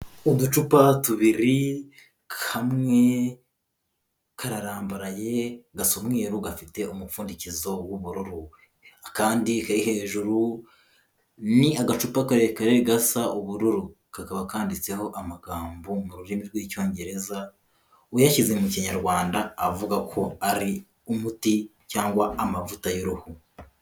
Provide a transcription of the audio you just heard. Uducupa tubiri, kamwe kararambaraye gasa umweru gafite umupfundikizo w'ubururu. Akandi kari hejuru ni agacupa karekare gasa ubururu, kakaba kanditseho amagambo mu rurimi rw'Icyongereza uyashyize mu Kinyarwanda avuga ko ari umuti cyangwa amavuta y'uruhu.